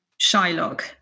Shylock